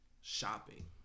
shopping